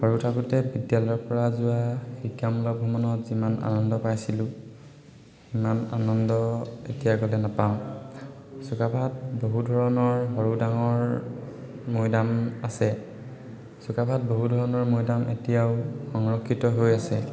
সৰু থাকোতে বিদ্যালয়ৰ পৰা যোৱা শিকামূলক ভ্ৰমণত যিমান আনন্দ পাইছিলোঁ সিমান আনন্দ এতিয়া গ'লে নাপাওঁ চুকাফাত বহু ধৰণৰ সৰু ডাঙৰ মৈদাম আছে চুকাফাত বহু ধৰণৰ মৈদাম এতিয়াও সংৰক্ষিত হৈ আছে